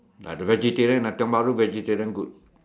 like the vegetarian ah Tiong-Bahru vegetarian good